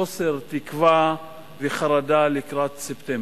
חוסר תקווה וחרדה לקראת ספטמבר.